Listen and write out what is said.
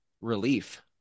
relief